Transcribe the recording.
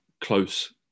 close